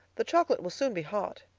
the chocolate will soon be hot.